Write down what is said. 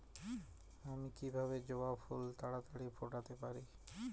আমি কিভাবে জবা ফুল তাড়াতাড়ি ফোটাতে পারি?